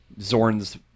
Zorn's